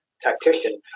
tactician